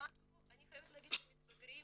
במאקרו אני חייבת להגיד שמתבגרים